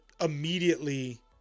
immediately